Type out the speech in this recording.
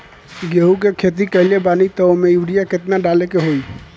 गेहूं के खेती कइले बानी त वो में युरिया केतना डाले के होई?